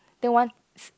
then once